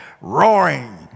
roaring